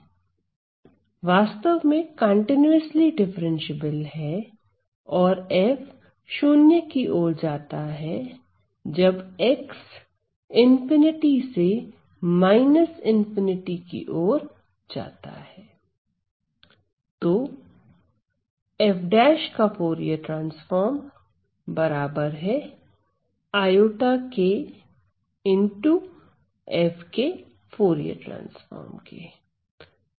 वास्तव में continuously differentiable है और f 0 की ओर जाता है जब x ∞से ∞ की ओर जाता है